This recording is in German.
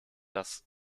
das